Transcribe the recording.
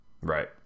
right